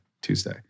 tuesday